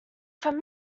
from